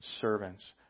servants